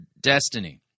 destiny